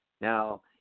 Now